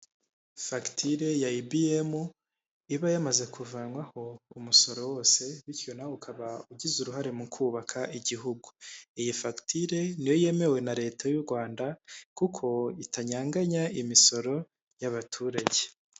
Fagitire ya EBEM iba yamaze kuvanwaho umusoro wose, bityo nawe ukaba ugize uruhare mu kubaka igihugu, iyi fagitire niyo yemewe na leta y'Urwanda kuko itanyanganya imisoro y'abaturage.